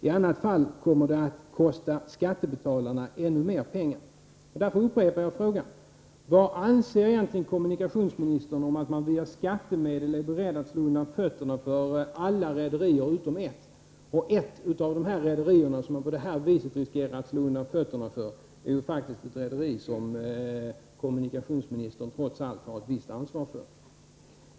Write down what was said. I annat fall kommer det att kosta skattebetalarna ännu mer pengar. Därför upprepar jag frågan: Vad anser egentligen kommunikationsministern om att man med skattemedel är beredd att slå undan fötterna på alla rederier utom ett? Ett av de rederier som man på detta sätt riskerar att slå undan fötterna på är faktiskt ett rederi som kommunikationsministern trots allt har ett visst ansvar för.